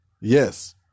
Yes